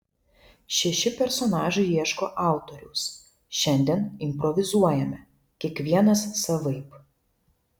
šeši personažai ieško autoriaus šiandien improvizuojame kiekvienas savaip